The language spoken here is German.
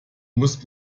muss